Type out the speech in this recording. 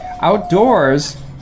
Outdoors